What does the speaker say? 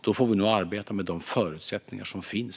Då får vi nog helt enkelt arbeta med de förutsättningar som finns.